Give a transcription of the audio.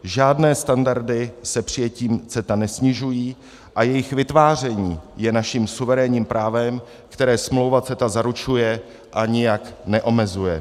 Žádné standardy se přijetím CETA nesnižují a jejich vytváření je naším suverénním právem, které smlouva CETA zaručuje a nijak neomezuje.